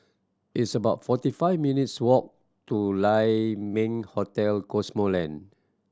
it's about forty five minutes' walk to Lai Ming Hotel Cosmoland